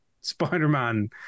Spider-Man